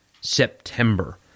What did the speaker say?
September